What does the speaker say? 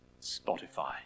Spotify